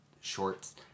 shorts